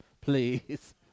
please